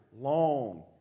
long